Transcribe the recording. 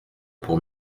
pour